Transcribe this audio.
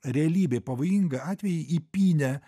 realybėj pavojingą atvejį įpynė